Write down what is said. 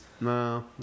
No